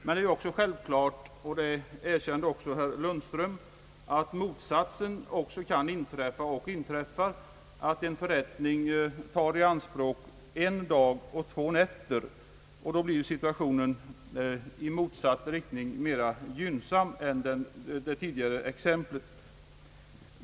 Men det är också självklart, och det erkände herr Lundström, att motsatsen kan inträffa — och inträffar — nämligen att en förrättning tar i anspråk en dag och två nätter. Då blir situationen mera gynnsam än i det tidigare exemplet.